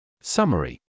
summary